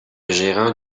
gérant